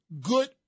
good